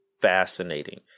fascinating